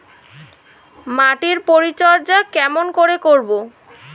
মাটির পরিচর্যা কেমন করে করব?